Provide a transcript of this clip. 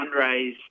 fundraise